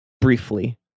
briefly